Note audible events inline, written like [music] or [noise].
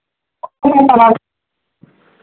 [unintelligible]